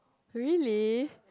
really